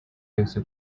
yihuse